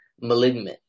malignant